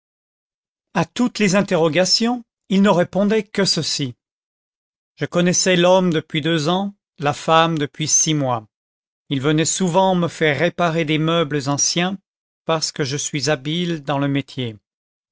a toutes les interrogations il ne répondait que ceci je connaissais l'homme depuis deux ans la femme depuis six mois ils venaient souvent me faire réparer des meubles anciens parce que je suis habile dans le métier